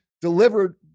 delivered